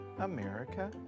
America